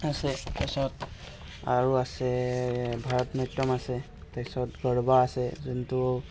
আছে তাৰপাছত আৰু আছে ভাৰত নাট্যম আছে তাৰ পাছত গৰবা আছে যোনটো